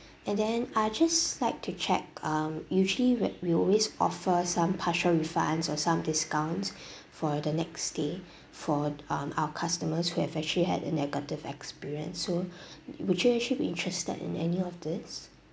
and then I just like to check um usually we we always offer some partial refunds or some discounts for the next stay for um our customers who have actually had a negative experience so would you actually be interested in any of these